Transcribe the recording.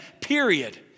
Period